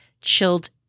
chilled